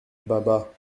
baba